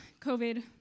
COVID